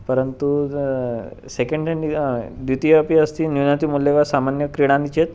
परन्तु second hand द्वितीयम् अपि अस्ति न्यूनति मूल्यं वा सामान्यं क्रीणामि चेत्